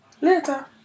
Later